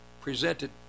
presented